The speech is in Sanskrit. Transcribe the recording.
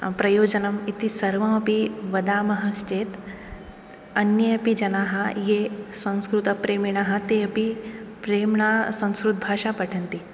प्रयोजनम् इति सर्वमपि वदामश्चेत् अन्येऽपि जनाः ये संस्कृतप्रेमिणः तेऽपि प्रेम्णा संस्कृतभाषां पठन्ति